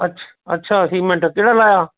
ਅੱਛ ਅੱਛਾ ਸੀਮਿੰਟ ਕਿਹੜਾ ਲਾਇਆ